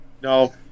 No